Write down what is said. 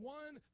one